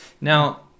Now